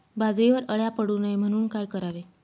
बाजरीवर अळ्या पडू नये म्हणून काय करावे?